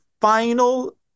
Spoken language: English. final